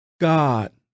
God